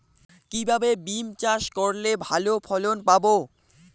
কিভাবে বিম চাষ করলে ভালো ফলন পাব?